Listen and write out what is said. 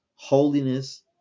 Holiness